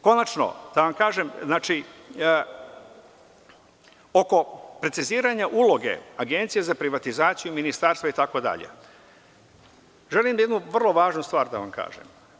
Konačno, oko preciziranja uloge Agencije za privatizaciju, Ministarstva itd, želim jednu vrlo važnu stvar da vam kažem.